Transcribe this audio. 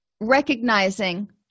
recognizing